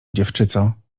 dziewczyco